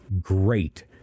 great